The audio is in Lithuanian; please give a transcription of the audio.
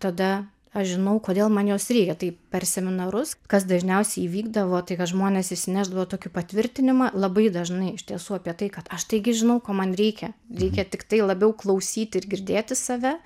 tada aš žinau kodėl man jos reikia tai per seminarus kas dažniausiai įvykdavo tai kad žmonės išsinešdavo tokį patvirtinimą labai dažnai iš tiesų apie tai kad aš taigi žinau ko man reikia reikia tiktai labiau klausyti ir girdėti save